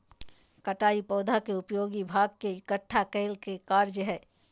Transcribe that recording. कटाई पौधा के उपयोगी भाग के इकट्ठा करय के कार्य हइ